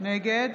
נגד